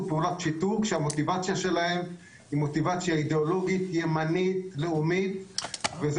פעולת שיטור כשהמוטיבציה שלהם היא מוטיבציה אידיאולוגית ימנית לאומית וזה